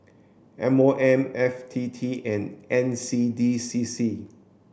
M O M F T T and N C D C C